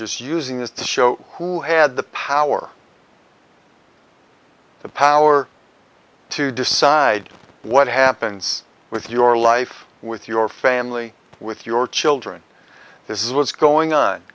just using this to show who had the power the power to decide what happens with your life with your family with your children this is what's going on